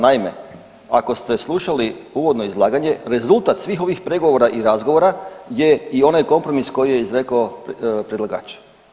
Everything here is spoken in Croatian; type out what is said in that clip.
Naime, ako ste slušali uvodno izlaganje, rezultat svih ovih pregovora i razgovora je i onaj kompromis koji je izrekao predlagač.